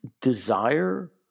desire